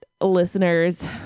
listeners